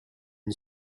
une